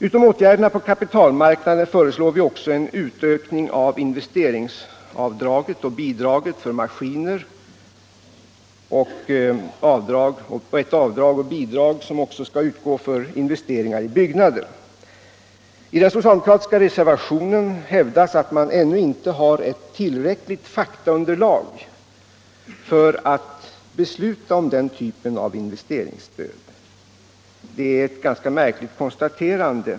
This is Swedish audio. Utom åtgärderna på kapitalmarknaden föreslår vi också en utökning av investeringsavdraget och investeringsbidraget för maskiner samt att avdrag och bidrag skall kunna utgå också för investeringar i byggnader. I den socialdemokratiska reservationen hävdas att man ännu inte har ett tillräckligt faktaunderlag för att besluta om den typen av investeringsstöd — ett ganska märkligt konstaterande.